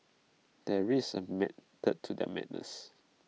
there is A method to their madness